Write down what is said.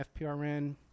FPRN